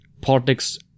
Politics